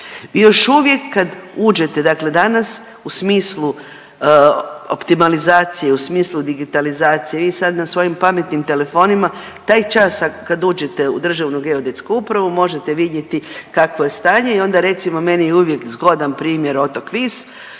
Vi još uvijek kad uđete dakle danas u smislu optimalizacije, u smislu digitalizacije, vi sad na svojim pametnim telefonima taj čas kad uđete u Državnu geodetsku upravu možete vidjeti kakvo je stanje i onda recimo meni je uvijek zgodan primjer otok Vis